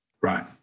Right